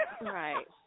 Right